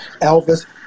Elvis